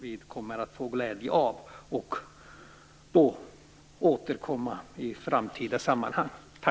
Vi får i en framtid återkomma till detta.